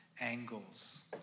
angles